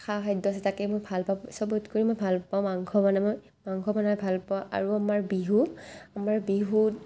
খা খাদ্য আছে তাকে মই ভাল পাওঁ চবতকৈ মই ভাল পাওঁ মাংস বনাই মই মাংস বনাই ভাল পাওঁ আৰু আমাৰ বিহু আমাৰ বিহুত